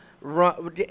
run